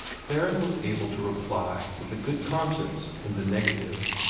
theron was able to reply with a good conscience in the negative.